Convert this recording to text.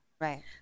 Right